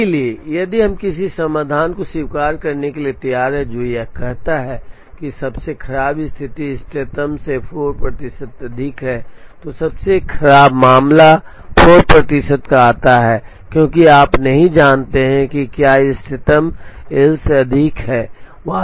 इसलिए यदि हम किसी समाधान को स्वीकार करने के लिए तैयार हैं जो कहता है कि सबसे खराब स्थिति इष्टतम से 4 प्रतिशत अधिक है तो सबसे खराब मामला 4 प्रतिशत का आता है क्योंकि आप नहीं जानते कि क्या यह इष्टतम एल से अधिक है